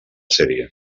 sèrie